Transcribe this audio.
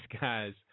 guys